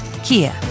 Kia